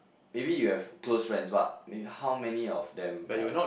maybe you have close friends but maybe how many of them like